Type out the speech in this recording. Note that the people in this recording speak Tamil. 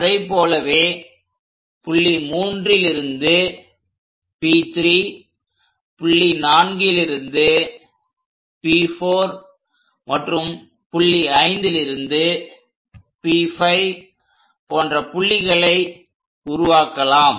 அதைப் போலவே புள்ளி 3லிருந்து P3 புள்ளி 4லிருந்து P4 மற்றும் புள்ளி 5லிருந்து P5 போன்ற புள்ளிகளை உருவாக்கலாம்